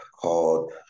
called